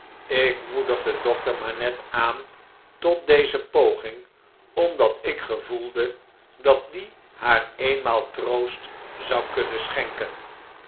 ik moedigde dokter manette aan tot deze poging omdat ik gevoelde dat die haar eenmaal troost zou kunnen schenken